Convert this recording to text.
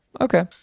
Okay